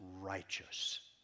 righteous